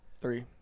Three